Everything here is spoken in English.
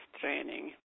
training